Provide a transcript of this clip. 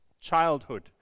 childhood